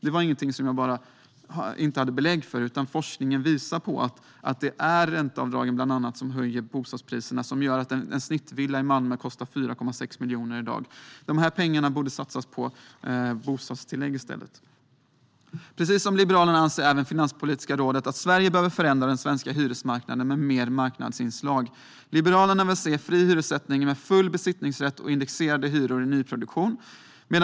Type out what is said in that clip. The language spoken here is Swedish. Det var ingenting som jag inte hade belägg för, utan forskningen visar att det är bland annat ränteavdragen som höjer bostadspriserna och som gör att en snittvilla i Malmö kostar 4,6 miljoner i dag. Dessa pengar borde i stället satsas på bostadstillägg. Precis som Liberalerna anser även Finanspolitiska rådet att Sverige behöver förändra sin hyresmarknad med mer marknadsinslag. Liberalerna vill se en fri hyressättning med full besittningsrätt och indexerade hyror i nyproduktion.